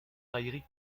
raillerie